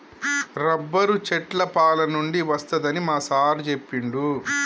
rubber చెట్ల పాలనుండి వస్తదని మా సారు చెప్పిండు